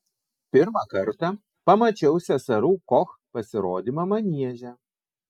pirmą kartą pamačiau seserų koch pasirodymą manieže